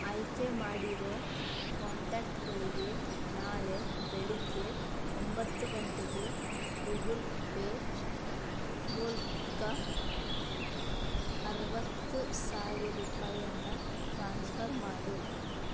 ಆಯ್ಕೆ ಮಾಡಿರೋ ಕಾಂಟ್ಯಾಕ್ಟ್ಗಳಿಗೆ ನಾಳೆ ಬೆಳಗ್ಗೆ ಒಂಬತ್ತು ಗಂಟೆಗೆ ಗೂಗುಲ್ ಪೇ ಮೂಲಕ ಅರ್ವತ್ತು ಸಾವಿರ ರೂಪಾಯನ್ನ ಟ್ರಾನ್ಸ್ಫರ್ ಮಾಡು